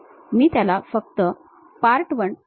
मी त्याला फक्त Part1 2D drawing असे नाव देत आहे